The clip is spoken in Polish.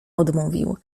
odmówił